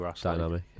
dynamic